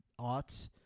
aughts